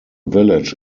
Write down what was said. village